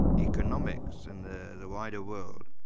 economics and the the wider world.